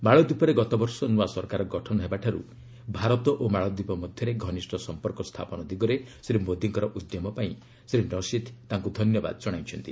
ମାଳଦୀପରେ ଗତବର୍ଷ ନୂଆ ସରକାର ଗଠନ ହେବାଠାରୁ ଭାରତ ଓ ମାଳଦୀପ ମଧ୍ୟରେ ଘନିଷ୍ଠ ସମ୍ପର୍କ ସ୍ଥାପନ ଦିଗରେ ଶ୍ରୀ ମୋଦୀଙ୍କ ଉଦ୍ୟମ ପାଇଁ ଶ୍ରୀ ନସିଦ୍ ତାଙ୍କୁ ଧନ୍ୟବାଦ ଜଣାଇଛନ୍ତି